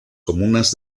comunas